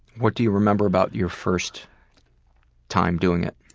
what do you remember about your first time doing it?